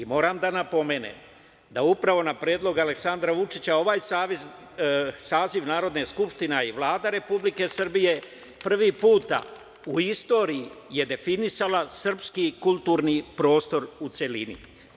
Moram da napomenem da upravo na predlog Aleksandra Vučića ovaj saziv Narodne skupštine i Vlada Republike Srbije prvi put u istoriji je definisala srpski kulturni prostor u celini.